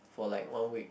for like one week